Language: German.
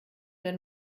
wenn